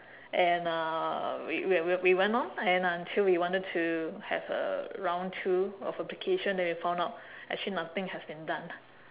and uh we when we we went on and until we wanted to have a round two of application then we found out actually nothing has been done lah